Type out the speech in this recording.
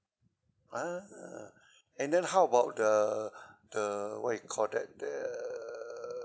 ah and then how about the the what you call that the